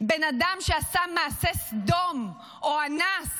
בן אדם שעשה מעשה סדום או אנס